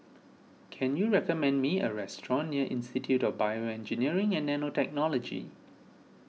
can you recommend me a restaurant near Institute of BioEngineering and Nanotechnology